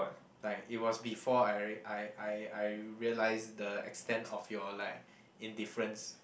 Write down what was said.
like it was before I I I I realise the extent of your like indifference